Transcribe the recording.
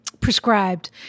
prescribed